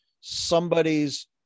somebody's